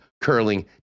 curling